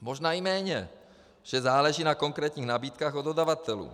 Možná i méně, protože záleží na konkrétních nabídkách od dodavatelů.